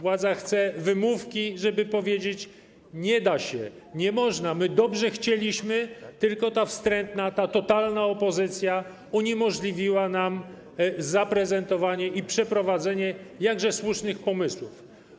Władza chce wymówki, żeby powiedzieć: nie da się, nie można, my dobrze chcieliśmy, tylko ta wstrętna, ta totalna opozycja uniemożliwiła nam zaprezentowanie i przeprowadzenie jakże słusznych pomysłów.